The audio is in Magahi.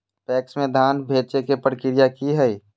पैक्स में धाम बेचे के प्रक्रिया की हय?